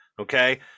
okay